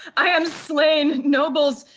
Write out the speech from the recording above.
i am slain, nobles,